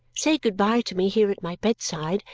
say good-bye to me here at my bedside,